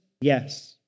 yes